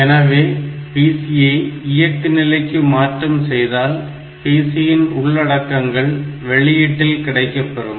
எனவே PC ஐ இயக்கு நிலைக்கு மாற்றம் செய்தால் PC இன் உள்ளடக்கங்கள் வெளியீட்டில் கிடைக்கப்பெறும்